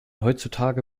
heutzutage